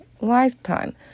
lifetime